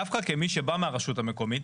דווקא כמי שבא מהרשות המקומית